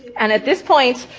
and at this point,